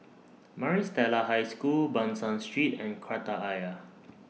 Maris Stella High School Ban San Street and Kreta Ayer